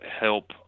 help